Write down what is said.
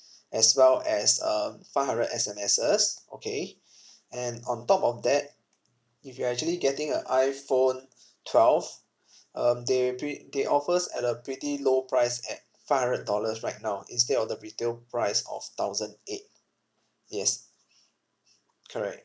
as well as um five hundred S_M_Ses okay and on top of that if you are actually getting a iphone twelve um they pre~ they offers at a pretty low price at five hundred dollars right now instead of the retail price of thousand eight yes correct